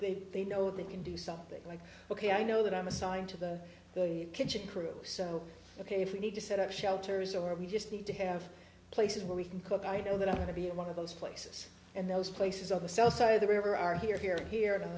they they know they can do something like ok i know that i'm assigned to the kitchen crew so ok if we need to set up shelters or we just need to have places where we can cook i know that i'm going to be a lot of those places and those places on the sell side of the river are here here here in